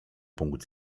punkt